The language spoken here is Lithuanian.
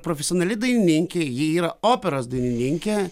profesionali dainininkė ji yra operos dainininkė